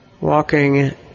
walking